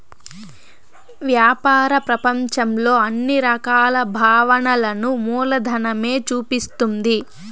వ్యాపార ప్రపంచంలో అన్ని రకాల భావనలను మూలధనమే చూపిస్తుంది